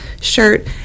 shirt